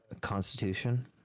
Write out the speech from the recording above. Constitution